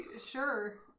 sure